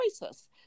choices